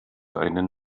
einen